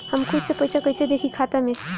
हम खुद से पइसा कईसे देखी खाता में?